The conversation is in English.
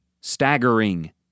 staggering